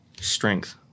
Strength